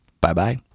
Bye-bye